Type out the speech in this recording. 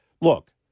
look